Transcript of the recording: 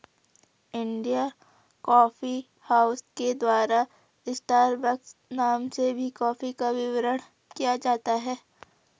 India coffee house के द्वारा Starbucks नाम से भी कॉफी का वितरण किया जाता है